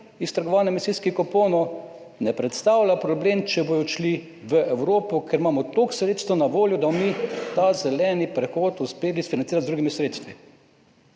iz trgovanja emisijskih kuponov ne predstavlja problema, če bodo odšli v Evropo, ker imamo toliko sredstev na voljo, da bomo mi ta zeleni prehod uspeli financirati z drugimi sredstvi?